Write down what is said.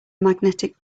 magnetic